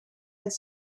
het